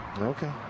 Okay